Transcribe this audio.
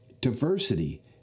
diversity